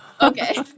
Okay